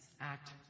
act